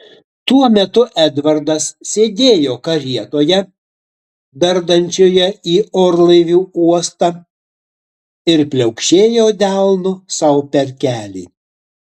tuo metu edvardas sėdėjo karietoje dardančioje į orlaivių uostą ir pliaukšėjo delnu sau per kelį